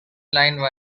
line